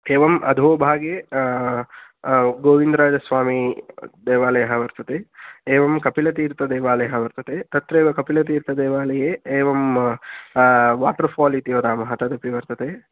एवम् अधो भागे गोविन्दराजस्वामिदेवालयः वर्तते एवं कपिलतीर्थदेवालयः वर्तते तत्रैव कपिलतीर्थदेवालये एवं वाटर् फ़ाल् इति वदामः तदपि वर्तते